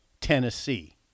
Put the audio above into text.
Tennessee